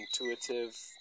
intuitive